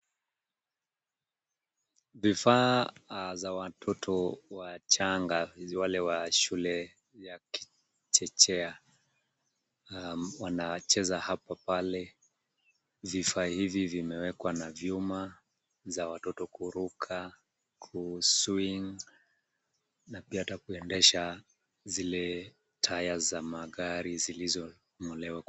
Vifaa za watoto wachanga wale wa shule ya chekechea. Wanacheza hapa pale vifaa hivi vimewekwa na vyuma za watoto kuruka, ku swing na pia hata kuendesha zile tires za magari zilizo ngolewa.